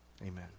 Amen